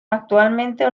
actualmente